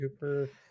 Cooper